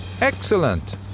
Excellent